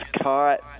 caught